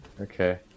Okay